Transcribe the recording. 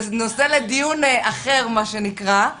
זה נושא לדיון אחר, מה שנקרא.